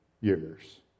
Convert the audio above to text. years